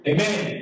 Amen